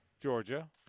Georgia